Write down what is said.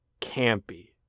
campy